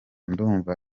ndumva